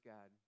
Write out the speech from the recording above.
God